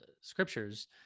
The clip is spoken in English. scriptures